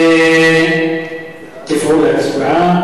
ברוך השם.